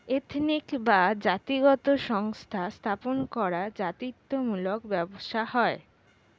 ethnic বা জাতিগত সংস্থা স্থাপন করা জাতিত্ব মূলক ব্যবসা হয়